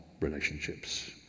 relationships